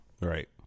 Right